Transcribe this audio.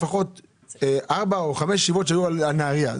לפחות ארבע או חמש ישיבות שהיו על נהריה.